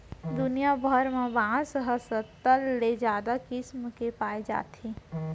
दुनिया भर म बांस ह सत्तर ले जादा किसम के पाए जाथे